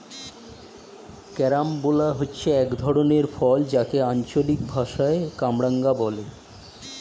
carambola হচ্ছে এক ধরনের ফল যাকে আঞ্চলিক ভাষায় কামরাঙা বলে